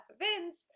events